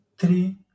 three